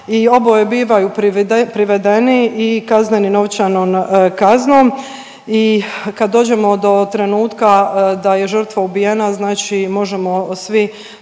i oboje bivaju privedeni i kažnjeni novčanom kaznom i kad dođemo do trenutka da je žrtva ubijena znači možemo svi